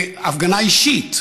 והפגנה אישית,